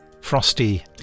Frosty